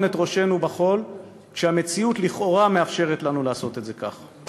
את ראשנו בחול כשהמציאות לכאורה מאפשרת לנו לעשות את זה ככה.